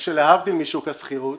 שלהבדיל משוק השכירות